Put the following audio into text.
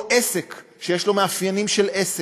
או עסק, שיש לו מאפיינים של עסק.